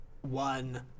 one